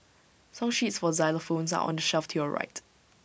song sheets for xylophones are on the shelf to your right